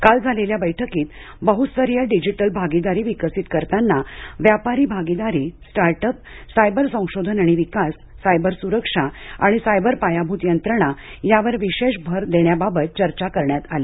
काल झालेल्या बैठकीत बहुस्तरीय डिजिटल भागीदारी विकसीत करताना व्यापारी भागीदारी स्टार्ट अप सायबर संशोधन आणि विकास सायबर सुरक्षा आणि सायबर पायाभूत यंत्रणा यावर विशेष भर देण्याबाबत चर्चा करण्यात आली